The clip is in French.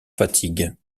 fatigue